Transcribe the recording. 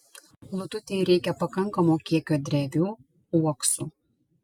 lututei reikia pakankamo kiekio drevių uoksų